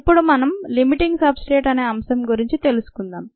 ఇప్పుడు మనం limiting substrate అనే అంశం గురించి తెలుసుకుందాం